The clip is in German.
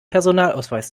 personalausweis